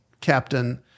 captain